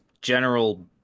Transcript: general